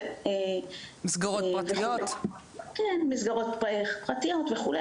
מסגרות פרטיות וכו'.